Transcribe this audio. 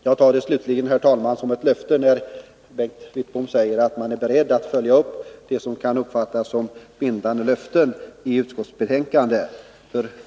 Slutligen, herr talman, tar jag det som ett löfte när Bengt Wittbom säger att man är beredd att följa upp vad som kan uppfattas som bindande löften i utskottsbetänkandet.